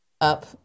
up